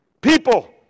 People